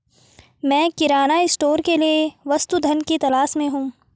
मैं किराना स्टोर के लिए वस्तु धन की तलाश में हूं